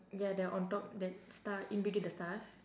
ya the on top that star in between the stars